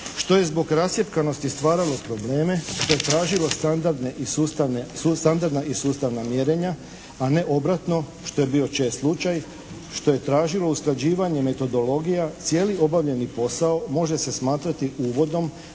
što je zbog rascjepkanosti stvaralo probleme te tražilo standardne i sustavne, standardna i sustavna mjerenja, a ne obratno, što je bio čest slučaj, što je tražilo usklađivanje metodologija cijeli obavljeni posao može se smatrati uvodom